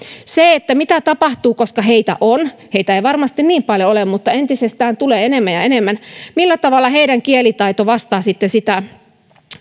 mitä tapahtuu heitä on heitä ei varmasti kovin paljon ole mutta tulee enemmän ja enemmän millä tavalla heidän kielitaitonsa vastaa sitten sitä